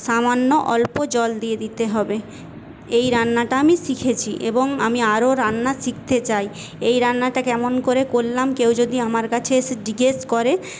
সামান্য অল্প জল দিয়ে দিতে হবে এই রান্নাটা আমি শিখেছি এবং আমি আরো রান্না শিখতে চাই এই রান্নাটা কেমন করে করলাম কেউ যদি আমার কাছে এসে জিজ্ঞেস করে